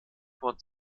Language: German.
wurden